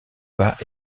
bas